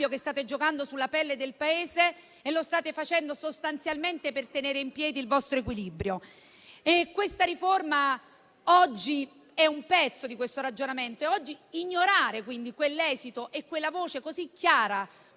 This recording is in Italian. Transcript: che state giocando sulla pelle del Paese e che state facendo sostanzialmente per tenere in piedi il vostro equilibrio. Questa riforma oggi è un pezzo di questo ragionamento; ignorare quell'esito e quella voce così chiara